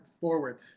forward